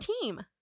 team